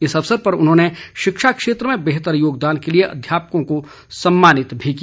इस अवसर पर उन्होंने शिक्षा क्षेत्र में बेहतर योगदान के लिए अध्यापकों को सम्मानित भी किया